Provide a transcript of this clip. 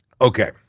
Okay